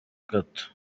gato